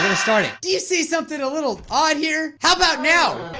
started do you see something a little odd here? how about now?